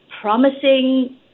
promising